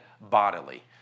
bodily